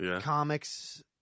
comics